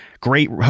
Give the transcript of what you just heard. great